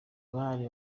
bari